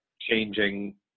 changing